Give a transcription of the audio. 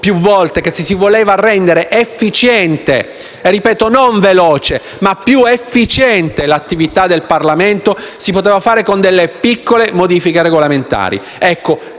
più volte che se si voleva rendere efficiente (non parlo di velocità, ma di efficienza) l'attività del Parlamento si poteva fare con delle piccole modifiche regolamentari.